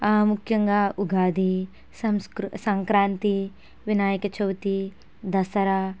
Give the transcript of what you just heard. ముఖ్యంగా ఉగాది సంస్కృ సంక్రాంతి వినాయక చవితి దసరా